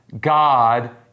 God